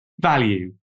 value